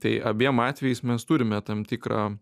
tai abiem atvejais mes turime tam tikrą